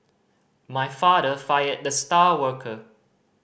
my father fired the star worker